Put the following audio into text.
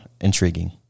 intriguing